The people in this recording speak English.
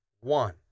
one